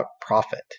profit